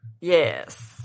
Yes